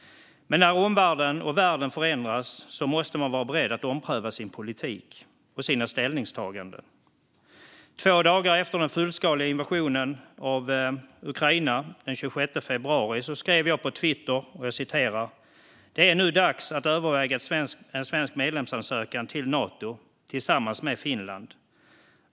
Men när världen och omvärlden förändras måste man vara beredd att ompröva sin politik och sina ställningstaganden. Två dagar efter den fullskaliga invasionen av Ukraina, den 26 februari, skrev jag så här på Twitter: Det är nu är dags att överväga en svensk medlemsansökan till Nato tillsammans med Finland.